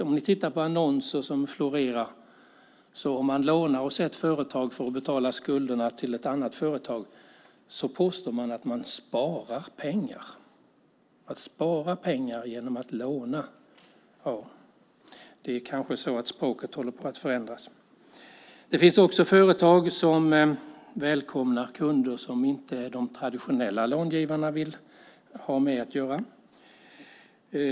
Om ni tittar på annonser som florerar ser ni att om man lånar hos ett företag för att betala skulderna till ett annat företag påstås det att man sparar pengar. Man sparar pengar genom att låna. Ja, det är kanske så att språket håller på att förändras. Det finns också företag som välkomnar kunder som inte de traditionella långivarna vill ha att göra med.